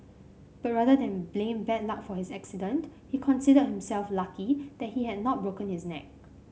but rather than blame bad luck for his accident he considered himself lucky that he had not broken his neck